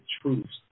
truths